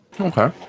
Okay